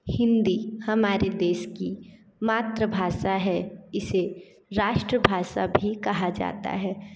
हिंदी हमारे देश की मातृभाषा है इसे राष्ट्र भाषा भी कहा जाता है